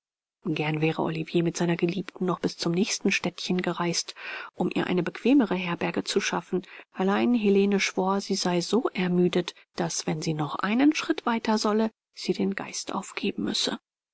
gern wäre olivier mit seiner geliebten noch bis zum nächsten städtchen gereist um ihr eine bequemere herberge zu schaffen allein helene schwor sie sei so ermüdet daß wenn sie noch einen schritt weiter solle sie den geist aufgeben müsse